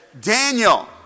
Daniel